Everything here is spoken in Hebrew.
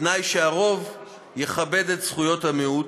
בתנאי שהרוב יכבד את זכויות המיעוט,